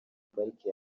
pariki